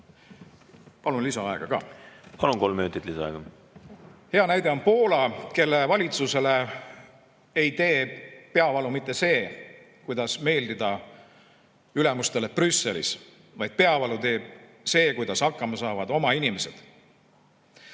minutit lisaaega! Palun, kolm minutit lisaaega! Hea näide on Poola, kelle valitsusele ei tee peavalu mitte see, kuidas meeldida ülemustele Brüsselis, vaid peavalu teeb see, kuidas oma inimesed